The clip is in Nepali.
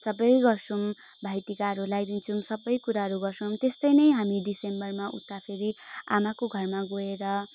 सबै गर्छौँ भाइ टिकाहरू लाइदिन्छौँ सबै कुराहरू गर्सौँ त्यस्तै नै हामी डिसेम्बरमा उता फेरि आमाको घरमा गएर